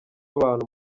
abantu